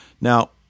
Now